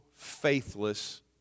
faithless